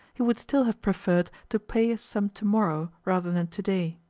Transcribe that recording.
he would still have preferred to pay a sum to-morrow rather than to-day.